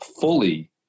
fully